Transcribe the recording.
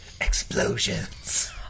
explosions